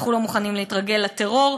אנחנו לא מוכנים להתרגל לטרור.